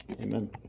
Amen